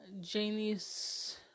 Janie's